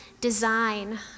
design